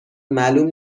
معلوم